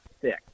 thick